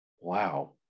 wow